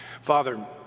Father